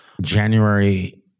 January